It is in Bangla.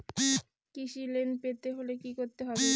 কৃষি লোন পেতে হলে কি করতে হবে?